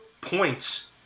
points